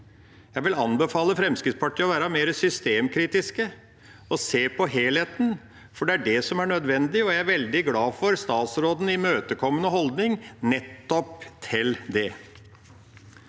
Jeg vil anbefale Fremskrittspartiet å være mer systemkritiske og se på helheten, for det er det som er nødvendig. Jeg er veldig glad for statsrådens imøtekommende holdning til nettopp det.